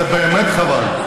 זה באמת חבל.